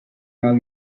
now